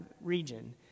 region